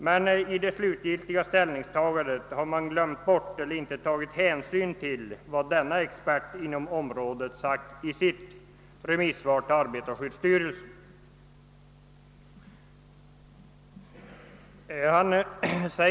Men i det slutliga ställningstagandet har man glömt eller inte tagit hänsyn till vad denne expert på området sagt i sitt remissyttrande till arbetarskyddsstyrelsen.